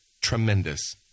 Tremendous